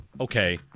okay